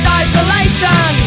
isolation